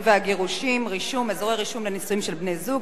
והגירושין (רישום) (אזורי רישום לנישואין של בני-זוג),